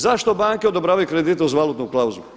Zašto banke odobravaju kredite uz valutnu klauzulu?